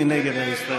מי נגד ההסתייגות?